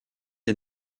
est